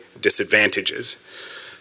disadvantages